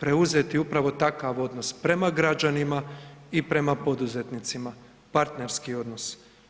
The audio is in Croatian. preuzeti upravo takav odnos prema građanima i prema poduzetnicima, partnerski odnos.